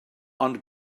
ond